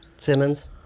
Simmons